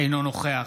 אינו נוכח